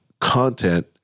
content